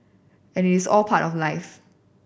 and it's all part of life